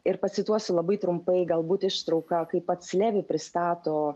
ir pacituosiu labai trumpai galbūt ištrauką kaip pats levi pristato